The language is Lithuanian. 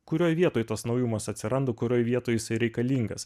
kurioj vietoj tas naujumas atsiranda kurioj vietoj jisai reikalingas